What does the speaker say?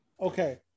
Okay